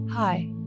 Hi